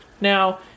Now